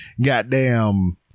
Goddamn